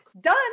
done